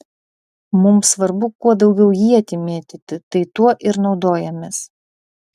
mums svarbu kuo daugiau ietį mėtyti tai tuo ir naudojamės